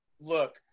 look